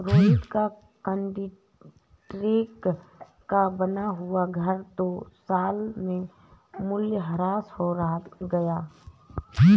रोहित का कंक्रीट का बना हुआ घर दो साल में मूल्यह्रास हो गया